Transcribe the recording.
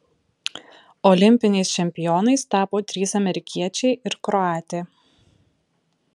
olimpiniais čempionais tapo trys amerikiečiai ir kroatė